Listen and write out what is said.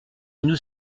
nous